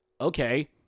okay